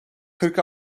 kırk